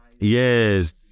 Yes